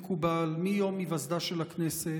מקובל מיום היווסדה של הכנסת,